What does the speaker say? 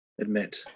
Admit